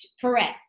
Correct